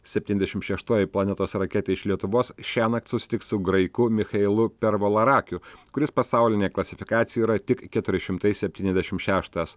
septyniasdešimt šeštoji planetos raketė iš lietuvos šiąnakt susitiks su graiku michailu pervolarakiu kuris pasaulinėj klasifikacijoj yra tik keturi šimtai septyniasdešimt šeštas